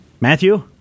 Matthew